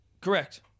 Correct